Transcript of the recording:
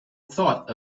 thought